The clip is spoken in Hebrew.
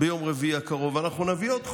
ביום רביעי הקרוב, אנחנו נביא עוד חוקים,